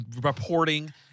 reporting